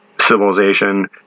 civilization